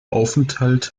aufenthalt